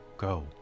Go